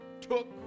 took